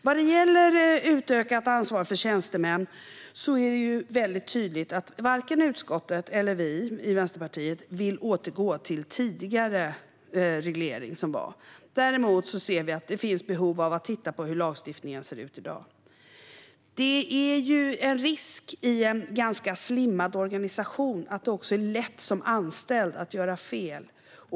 När det gäller ett utökat ansvar för tjänstemän är det tydligt att varken utskottet eller vi i Vänsterpartiet vill återgå till tidigare reglering. Däremot ser vi ett behov av att titta på hur lagstiftningen ser ut i dag. Det finns en risk i en slimmad organisation att det är lätt att man som anställd gör fel.